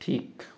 ঠিক